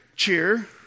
cheer